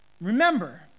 remember